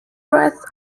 breath